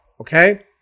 okay